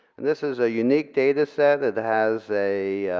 and this is a unique data set. it has a